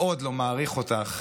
מאוד לא מעריך אותך.